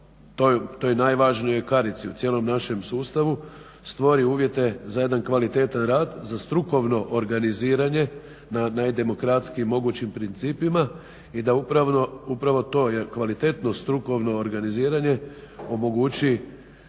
najvažnijoj karici u cijelom našem sustavu stvori uvjete za jedan kvalitetan rad, za strukovno organiziranje na najdemokratskijim mogućim principima i da upravo to, jer kvalitetno strukovno organiziranje omogući